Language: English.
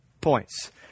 points